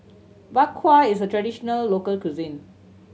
Bak Kwa is a traditional local cuisine